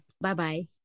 Bye-bye